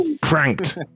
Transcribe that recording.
pranked